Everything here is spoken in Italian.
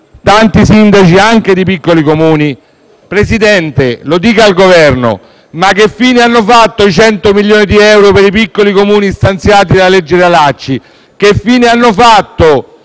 tanti sindaci, anche di piccoli Comuni. Signor Presidente, lo chieda al Governo: che fine hanno fatto i 100 milioni di euro per i piccoli Comuni stanziati dalla legge Realacci? Che fine hanno fatto